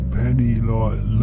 penny-like